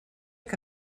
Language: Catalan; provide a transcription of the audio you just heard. que